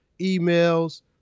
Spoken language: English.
emails